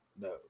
No